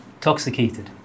toxicated